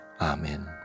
Amen